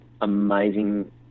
amazing